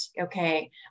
okay